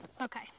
Okay